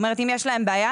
אם יש להם בעיה,